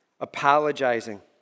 Apologizing